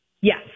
Yes